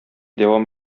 дәвам